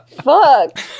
Fuck